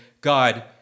God